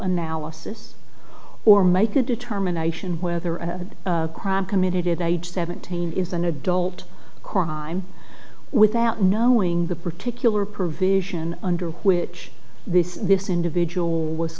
analysis or make a determination whether a crime committed age seventeen is an adult crime without knowing the particular provision under which this this individual was